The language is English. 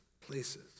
places